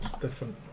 different